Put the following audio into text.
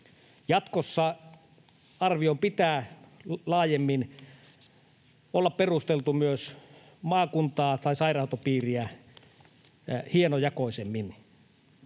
Jatkossa arvion pitää laajemmin olla perusteltu myös maakuntaa tai sairaanhoitopiiriä hienojakoisemmin.